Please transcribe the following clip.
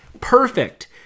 Perfect